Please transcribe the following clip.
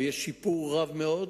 ויש שיפור רב מאוד.